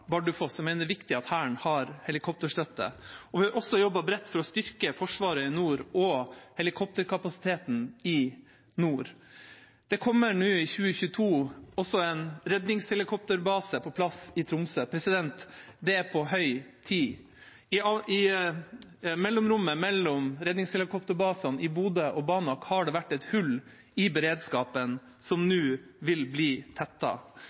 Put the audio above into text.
Bardufoss. Vi mener det er viktig at Hæren har helikopterstøtte. Vi har også jobbet bredt for å styrke Forsvaret i nord og helikopterkapasiteten i nord. Det kommer i 2022 også en redningshelikopterbase på plass i Tromsø. Det er på høy tid. I mellomrommet mellom redningshelikopterbasene i Bodø og Banak har det vært et hull i beredskapen, som nå vil bli